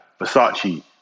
Versace